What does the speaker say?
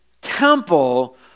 temple